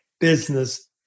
business